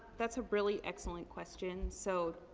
that's a really excellent question. so,